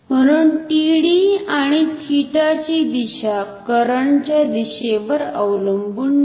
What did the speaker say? म्हणुन TD आणि थीटाची दिशा करंट च्या दिशेवर अवलंबुन नाही